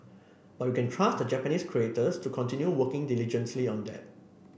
but we can trust the Japanese creators to continue working diligently on that